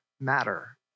matter